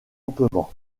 campement